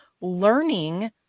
learning